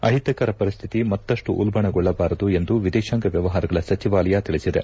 ಅಹಿತಕರ ಪರಿಶ್ಲಿತಿ ಮತ್ತಷ್ಟು ಉಲ್ಲಣಗೊಳ್ಬಬರದು ಎಂದು ವಿದೇಶಾಂಗ ವ್ಲವಹಾರಗಳ ಸಚಿವಾಲಯ ತಿಳಿಸಿದೆ